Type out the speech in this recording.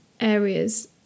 Areas